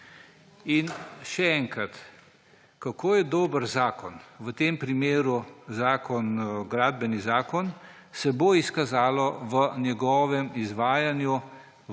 In še enkrat. Kako je dober zakon, v tem primeru Gradbeni zakon, se bo izkazalo v njegovem izvajanju, v